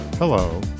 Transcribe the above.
Hello